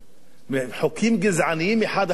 חוקים גזעניים, האחד אחרי השני,